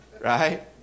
Right